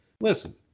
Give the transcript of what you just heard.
Listen